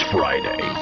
Friday